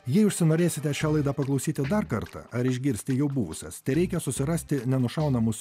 jei užsinorėsite šią laidą paklausyti dar kartą ar išgirsti jau buvusias tereikia susirasti nenušaunamus